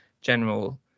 general